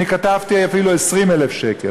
אני כתבתי אפילו 20,000 שקלים,